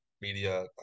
media